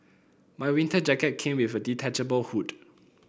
my winter jacket came with a detachable hood